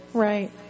Right